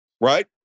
Right